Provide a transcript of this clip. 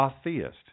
atheist